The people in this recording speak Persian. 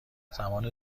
زمان